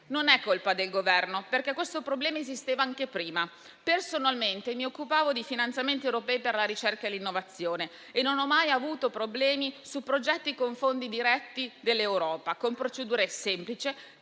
Non è colpa del Governo, perché questo problema esisteva anche prima. Personalmente, mi occupavo di finanziamenti europei per la ricerca e l'innovazione e non ho mai avuto problemi su progetti con fondi diretti dell'Europa, con procedure semplici,